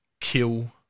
kill